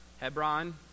Hebron